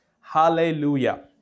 Hallelujah